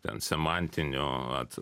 ten semantinio at